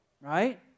Right